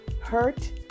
hurt